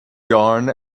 yarn